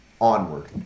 onward